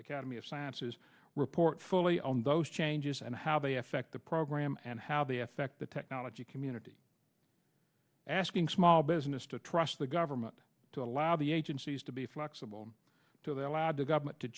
academy of sciences report fully on those changes and how they affect the program and how they affect the technology community asking small business to trust the government to allow the agencies to be flexible to their allowed the government to